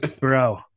bro